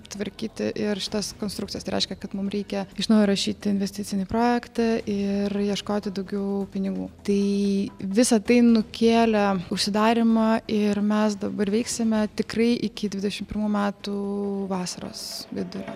tvarkyti ir šitas konstrukcijas tai reiškia kad mums reikia iš naujo rašyti investicinį projektą ir ieškoti daugiau pinigų tai visa tai nukėlė užsidarymą ir mes dabar veiksime tikrai iki dvidešimt pirmų metų vasaros vidurio